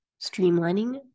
streamlining